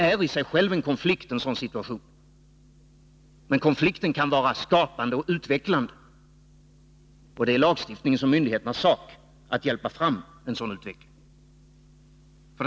En sådan situation är i sig en konflikt, men denna kan vara skapande och utvecklande, och det är lagstiftningens och myndigheternas uppgift att hjälpa fram en sådan process.